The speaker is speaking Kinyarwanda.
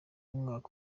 mwaka